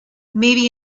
maybe